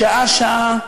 שעה-שעה,